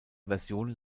versionen